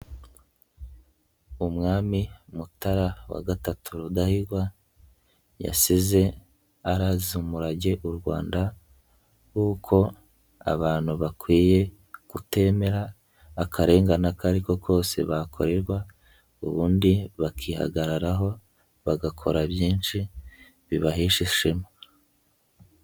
Umwami Mutara wa lll Rudahigwa yasize araze umurage u Rwanda w'uko abantu bakwiye kutemera akarengane aka ari ko kose bakorerwa, ubundi bakihagararaho, bagakora byinshi bibahesha ishema.